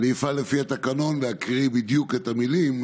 אני אפעל לפי התקנון ואקריא בדיוק את המילים,